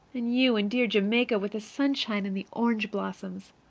and you in dear jamaica with the sunshine and the orange blossoms!